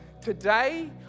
Today